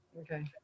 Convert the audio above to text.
Okay